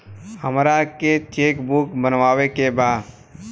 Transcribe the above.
हमारा के cheque book मगावे के बा?